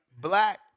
black